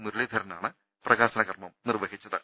മുരളീധരനാണ് പ്രകാശനകർമം നിർവഹി ച്ചത്